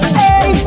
hey